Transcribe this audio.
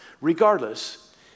Regardless